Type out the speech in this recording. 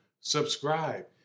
Subscribe